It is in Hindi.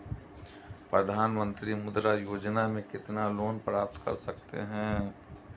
प्रधानमंत्री मुद्रा योजना में कितना लोंन प्राप्त कर सकते हैं?